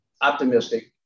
optimistic